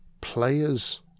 players